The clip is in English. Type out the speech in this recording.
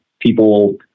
People